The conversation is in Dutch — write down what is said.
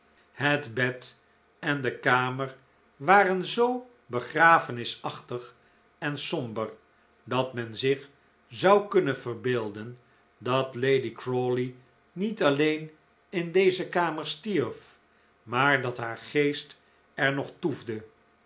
het bed en de kamer waren zoo begrafenisachtig en somber dat men zich zou kunnen verbeelden dat lady crawley niet alleen in deze kamer stierf maar dat haar geest er nog toefde